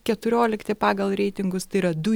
keturiolikti pagal reitingus tai yra du